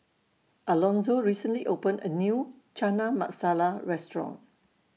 Alonzo recently opened A New Chana Masala Restaurant